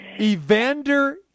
Evander